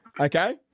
Okay